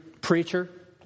preacher